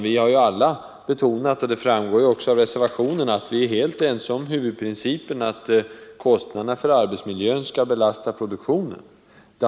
Vi har ju alla betonat — det framgår också av reservationen — att vi är helt ense om huvudprincipen att kostnaderna för arbetsmiljön skall belasta produktionen.